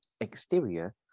Exterior